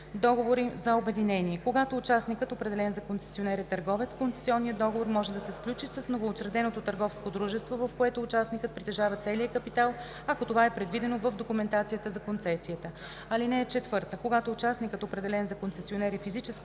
договора им за обединение. Когато участникът, определен за концесионер, е търговец, концесионният договор може да се сключи с новоучредено търговско дружество, в което участникът притежава целия капитал, ако това е предвидено в документацията за концесията. (4) Когато участникът, определен за концесионер, е физическо